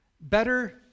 Better